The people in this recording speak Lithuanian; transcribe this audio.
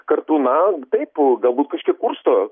kartu na taip galbūt kažkiek kursto